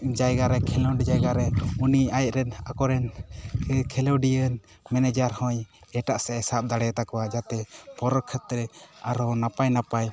ᱡᱟᱭᱜᱟ ᱨᱮ ᱠᱷᱮᱞᱳᱰ ᱡᱟᱭᱜᱟ ᱨᱮ ᱩᱱᱤ ᱟᱡᱨᱮᱱ ᱟᱠᱚᱨᱮᱱ ᱠᱷᱮᱞᱳᱰᱤᱭᱟᱹ ᱢᱮᱱᱮᱡᱟᱨ ᱦᱚᱸᱭ ᱮᱴᱟᱜ ᱥᱮᱫ ᱮ ᱥᱟᱵ ᱫᱟᱲᱮᱭᱟ ᱛᱟᱠᱚᱭᱟ ᱡᱟᱛᱮ ᱯᱚᱨᱮ ᱠᱷᱮᱛᱨᱮ ᱟᱨᱚ ᱱᱟᱯᱟᱭ ᱱᱟᱯᱟᱭ